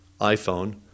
iPhone